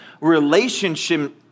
relationship